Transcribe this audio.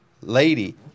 lady